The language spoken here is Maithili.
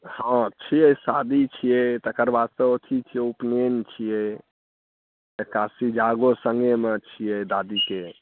हँ छियै शादी छियै तकर बादसँ अथी छियै उपनयन छियै एकादशी जगो सङ्गेमे छियै दादीके